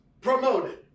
promoted